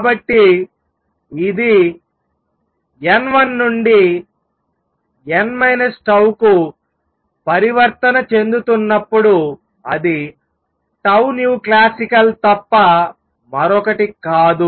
కాబట్టి ఇది n1 నుండి n τ కు పరివర్తన చెందుతున్నప్పుడు అది classical తప్ప మరొకటి కాదు